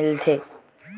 मिलथे